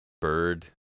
bird